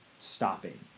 stopping